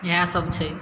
इएहे सभ छै